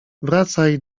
wracaj